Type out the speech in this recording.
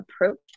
approach